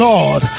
Lord